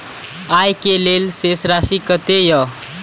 आय के लेल शेष राशि कतेक या?